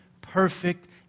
perfect